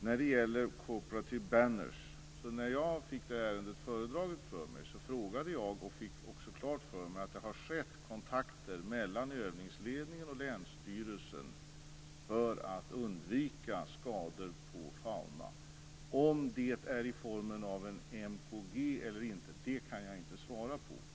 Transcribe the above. När det gäller Co-operative Banners frågade jag när jag fick det här ärendet föredraget för mig och fick också klart för mig att det har skett kontakter mellan övningsledningen och länsstyrelsen för att undvika skador på faunan. Om det är i form av en MKB eller inte kan jag inte svara på.